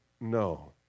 no